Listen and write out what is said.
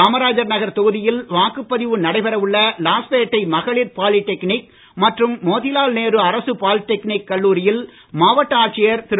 காமராஜர் நகர்த் தொகுதியில் வாக்குப்பதிவு நடைபெற உள்ள லாஸ்பேட்டை மகளிர் பாலிடெக்னிக் மற்றும் மோதிலால் நேரு அரசு பாலிடெக்னிக் கல்லூரியில் மாவட்ட ஆட்சியர் திரு